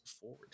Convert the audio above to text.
forward